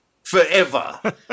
Forever